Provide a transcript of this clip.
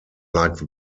like